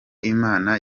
imana